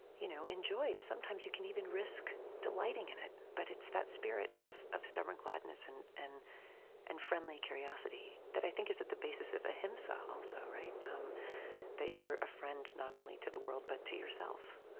you know enjoyed. sometimes you can even risk delighting in it but it's that spirit of of stubborn gladness and and and friendly curiosity that i think is at the basis of ahimsa, also um that you're a friend not only to the world, but to yourself.